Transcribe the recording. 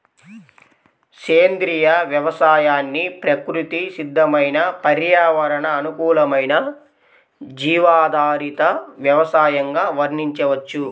సేంద్రియ వ్యవసాయాన్ని ప్రకృతి సిద్దమైన పర్యావరణ అనుకూలమైన జీవాధారిత వ్యవసయంగా వర్ణించవచ్చు